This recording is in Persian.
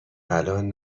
الان